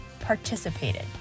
participated